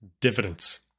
Dividends